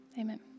Amen